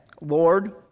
Lord